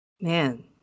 man